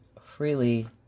freely